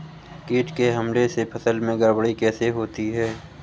कीट के हमले से फसल में गड़बड़ी कैसे होती है?